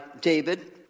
David